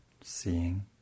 seeing